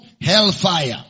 hellfire